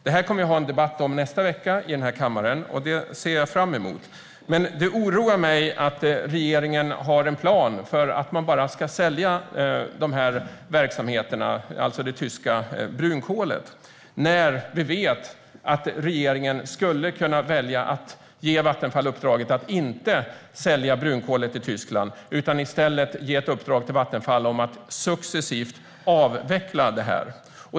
Detta kommer vi att ha en debatt om i kammaren nästa vecka, vilket jag ser fram emot. Men det oroar mig att regeringen har en plan för att man bara ska sälja dessa verksamheter, alltså när det gäller det tyska brunkolet, när vi vet att regeringen skulle kunna välja att ge Vattenfall uppdraget att inte sälja brunkolet i Tyskland utan i stället ge ett uppdrag till Vattenfall om att successivt avveckla detta.